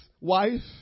wife